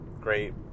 great